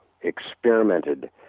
experimented